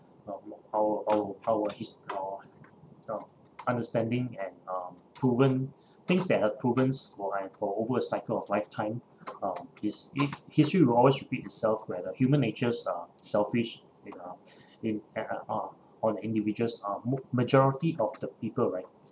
uh our our our hist~ uh uh understanding and uh proven things that are proven for like for over a cycle of lifetime uh is hi~ history will always repeat itself where the human natures are selfish it uh in and uh on individuals uh mo~ majority of the people right